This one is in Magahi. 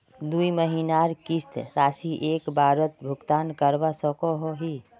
दुई महीनार किस्त राशि एक बारोत भुगतान करवा सकोहो ही?